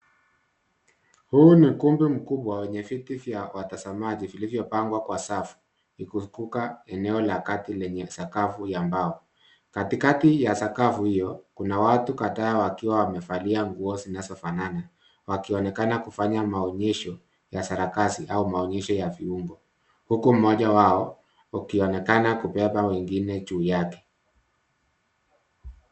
Huu ni kumbi mkubwa wenye viti vya watazamaji vilivyo pangwa kwa safu, likizunguka eneo la kati lenye sakafu ya mbao. Katikati ya sakafu hiyo, kuna watu kadhaa wakiwa wamevalia nguo zinazofanana, wakionekana kufanya maonyesho ya sarakasi au maonyesho ya viungo. Huku mmoja wao, akionekana kubeba wengine juu yake.